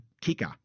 kicker